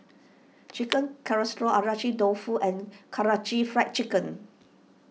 Chicken Casserole Agedashi Dofu and Karaage Fried Chicken